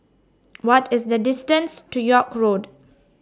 What IS The distance to York Road